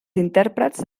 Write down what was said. intèrprets